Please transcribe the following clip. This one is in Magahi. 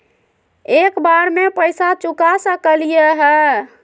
एक बार में पैसा चुका सकालिए है?